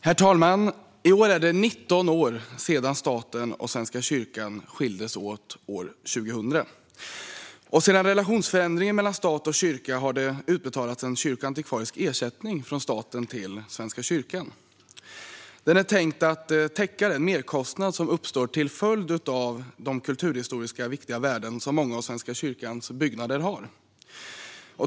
Herr talman! I år är det 19 år sedan staten och Svenska kyrkan skildes åt 2000. Sedan relationsförändringen mellan stat och kyrka har det utbetalats en kyrkoantikvarisk ersättning från staten till Svenska kyrkan. Den är tänkt att täcka den merkostnad som uppstår till följd av de kulturhistoriskt viktiga värden som många av Svenska kyrkans byggnader har.